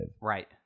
Right